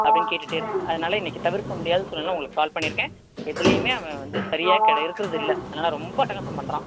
அப்படின்னு கேட்டுட்டே இருக்காங்க அதனால் இன்னைக்கி தவிர்க்க முடியாத சூல்நிலை உங்களுக்கு கால் பண்ணியிருக்கேன் எதுலையும் அவன் வந்து சரியாக இருக்கிறதில்ல அதனால் ரொம்ப அட்டகாசம் பண்ணுறான்